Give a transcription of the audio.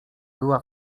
była